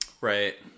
right